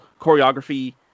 choreography